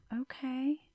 Okay